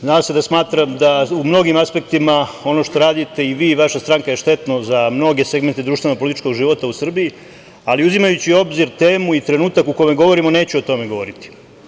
Zna se da smatram da u mnogim aspektima ono što radite vi i vaša stranka je štetno za mnoge segmente društveno političkog života u Srbiji, ali uzimajući u obzir temu i trenutka u kome govorimo, neću o tome govoriti.